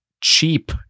cheap